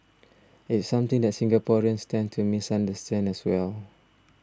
it's something that Singaporeans tend to misunderstand as well